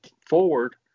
forward